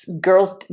girls